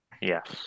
Yes